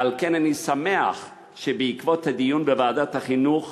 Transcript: ועל כן אני שמח שבעקבות הדיון בוועדת החינוך